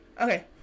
okay